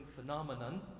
phenomenon